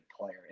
player